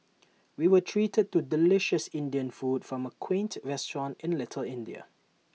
we were treated to delicious Indian food from A quaint restaurant in little India